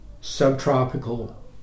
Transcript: subtropical